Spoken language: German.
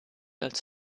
als